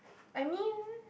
I mean